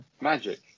Magic